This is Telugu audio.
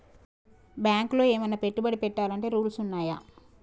బ్యాంకులో ఏమన్నా పెట్టుబడి పెట్టాలంటే రూల్స్ ఉన్నయా?